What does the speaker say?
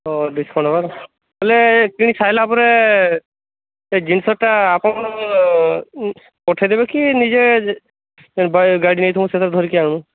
ଆଉ ଡିସ୍କାଉଣ୍ଟ ହେବନି ହେଲେ କିଣି ସାରିଲା ପରେ ସେ ଜିନିଷଟା ଆପଣ କ'ଣ ପଠେଇ ଦେବେ କି ନିଜେ ଗାଡ଼ି ନେଇକି ମୁଁ ଧରିକି ଆଣିବି